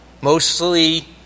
mostly